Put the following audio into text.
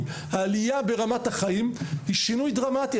והעלייה ברמת החיים היא שינוי דרמטי.